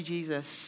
Jesus